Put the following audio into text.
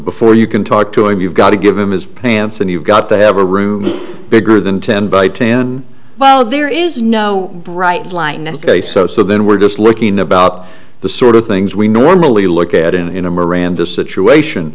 before you can talk to him you've got to give him his pants and you've got to have a room bigger than ten by ten well there is no bright light next day so so then we're just looking about the sort of things we normally look at in a miranda situation